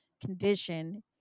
condition